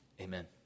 Amen